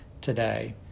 today